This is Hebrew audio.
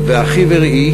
ואחי ורעי